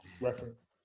reference